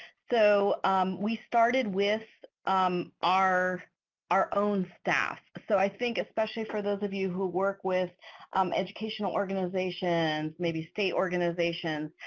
so we started with our our own staff, so i think especially for those of you who work with educational organizations, maybe state organizations,